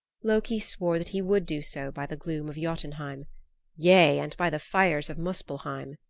loki swore that he would do so by the gloom of jotunheim yea, and by the fires of muspelheim,